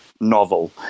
novel